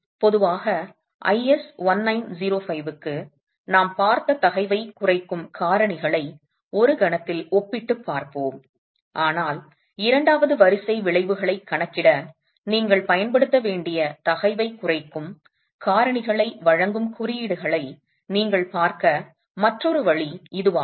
எனவே பொதுவாக IS 1905 க்கு நாம் பார்த்த தகைவைக் குறைக்கும் காரணிகளை ஒரு கணத்தில் ஒப்பிட்டுப் பார்ப்போம் ஆனால் இரண்டாவது வரிசை விளைவுகளைக் கணக்கிட நீங்கள் பயன்படுத்த வேண்டிய தகைவைக் குறைக்கும் காரணிகளை வழங்கும் குறியீடுகளை நீங்கள் பார்க்கும் மற்றொரு வழி இதுவாகும்